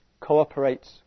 cooperates